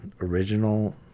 original